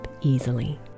easily